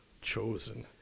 chosen